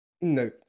No